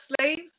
slaves